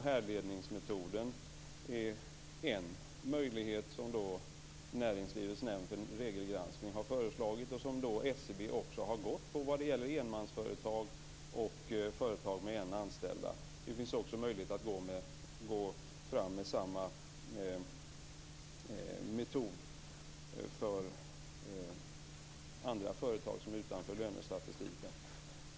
Härledningsmetoden är en möjlighet som Näringslivets nämnd för regelgranskning har föreslagit och som SCB också har gått på vad gäller enmansföretag och företag med en anställd. Det är också möjligt att gå fram med samma metod för andra företag som står utanför lönestatistiken.